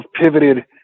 pivoted